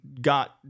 got